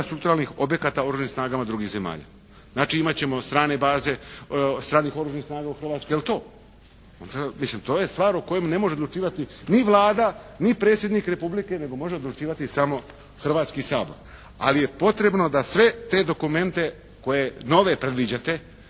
infrastrukturalnih objekata u Oružanim snagama drugih zemalja. Znači imati ćemo strane baze stranih Oružanih snaga u Hrvatskoj, jel' to. Mislim to je stvar o kojoj ne može odlučivati ni Vlada, ni predsjednik Republike, nego može odlučivati samo Hrvatski sabor, ali je potrebno da sve te dokumente koje nove predviđate